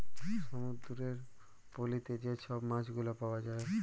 সমুদ্দুরের পলিতে যে ছব মাছগুলা পাউয়া যায়